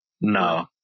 no